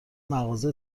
مغازه